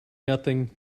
nothing